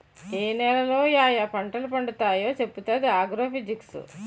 ఏ నేలలో యాయా పంటలు పండుతావో చెప్పుతాది ఆగ్రో ఫిజిక్స్